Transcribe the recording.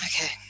Okay